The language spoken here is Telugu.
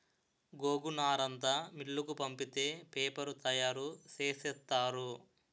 గోగునారంతా మిల్లుకు పంపితే పేపరు తయారు సేసేత్తారు